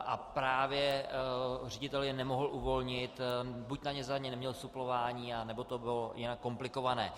A právě ředitel je nemohl uvolnit buď za ně neměl suplování, nebo to bylo jinak komplikované.